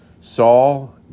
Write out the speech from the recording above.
Saul